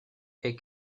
est